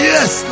Yes